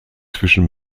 zwischen